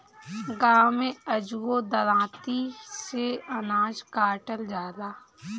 गाँव में अजुओ दराँती से अनाज काटल जाला